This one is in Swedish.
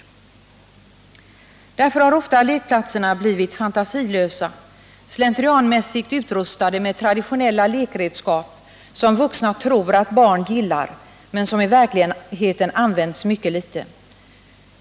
Lekplatserna har därför ofta blivit fantasilösa, slentrianmässigt utrustade med traditionella lekredskap, som vuxna tror att barn gillar men som i verkligheten används mycket litet.